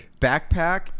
backpack